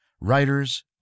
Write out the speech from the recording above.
Writers